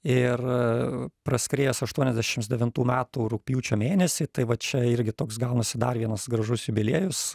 ir praskriejęs aštuoniasdešimt devintų metų rugpjūčio mėnesį tai va čia irgi toks gaunasi dar vienas gražus jubiliejus